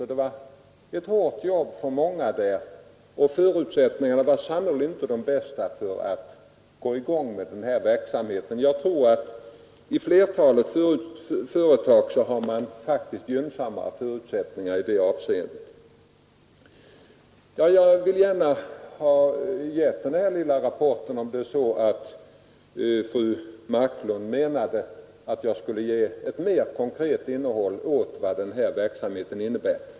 Arbetet är hårt för många, och förutsättningarna var sannerligen inte de bästa för att få i gång den här verksamheten. Jag tror att man i flertalet företag har gynnsammare förutsättningar i det avseendet. Jag ville gärna ge den här lilla rapporten, om fru Marklund menade att jag skulle ge ett mer konkret besked om vad denna verksamhet innebär.